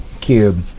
cube